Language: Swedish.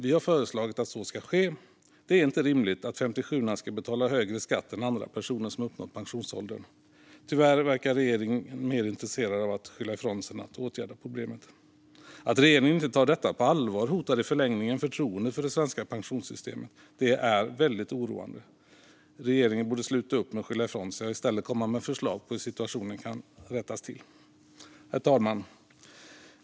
Vi har föreslagit att så ska ske. Det är inte rimligt att 57:orna ska betala högre skatt än andra personer som uppnått pensionsåldern. Tyvärr verkar regeringen mer intresserad av att skylla ifrån sig än att åtgärda problemet. Att regeringen inte tar detta på allvar hotar i förlängningen förtroendet för det svenska pensionssystemet. Det är väldigt oroande. Regeringen borde sluta skylla ifrån sig och i stället komma med förslag på hur situationen kan rättas till. Herr talman!